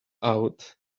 out